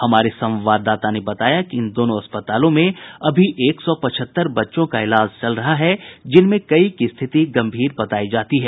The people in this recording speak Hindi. हमारे संवाददाता ने बताया कि इन दोनों अस्पतालों में अभी एक सौ पचहत्तर बच्चों का इलाज चल रहा है जिनमें कई की स्थिति गम्भीर बतायी जाती है